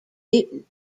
newton